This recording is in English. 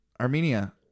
Armenia